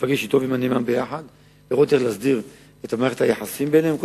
אפגש אתו ועם הנאמן לראות איך להסדיר את מערכת היחסים ביניהם,